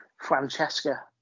Francesca